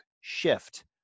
Shift